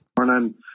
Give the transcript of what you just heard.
Morning